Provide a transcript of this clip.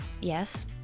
Yes